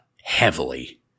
heavily